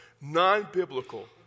non-biblical